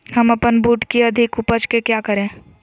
हम अपन बूट की अधिक उपज के क्या करे?